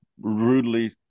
rudely